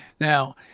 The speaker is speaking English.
Now